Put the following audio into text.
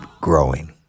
growing